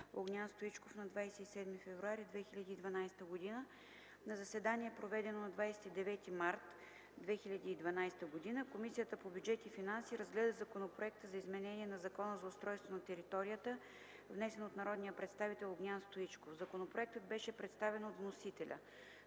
Огнян Стоичков на 27 февруари 2012 г. На заседание, проведено на 29 март 2012 г., Комисията по бюджет и финанси разгледа Законопроекта за изменение и допълнение на Закона за устройство на територията, внесен от народния представител Огнян Стоичков. Законопроектът беше представен от вносителя.